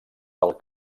del